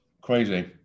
Crazy